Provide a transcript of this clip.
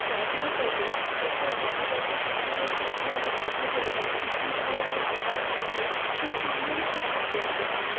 যত্ন করবে ছোটো নবজাত শিশুদেরকে কীভাবে যত্ন করবে তাদেরকে কী ধরনের খাবার খাওয়াবে সেই সম্বন্ধে আমরা বলতে পারি